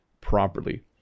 properly